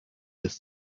ist